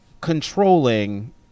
controlling